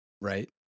Right